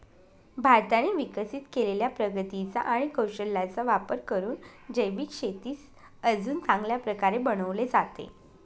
भारताने विकसित केलेल्या प्रगतीचा आणि कौशल्याचा वापर करून जैविक शेतीस अजून चांगल्या प्रकारे बनवले आहे